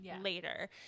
later